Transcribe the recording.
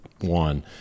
one